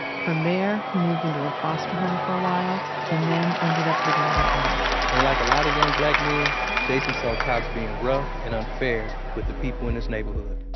from there, he moved into a foster home for a while and then ended up living with an aunt and like a lot of young black men, jason saw cops being rough and unfair with the people in this neighborhood.